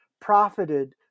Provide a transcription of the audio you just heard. profited